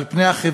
על פני החברה